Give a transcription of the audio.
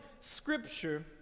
Scripture